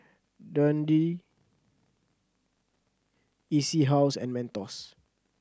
Dundee E C House and Mentos